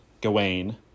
Gawain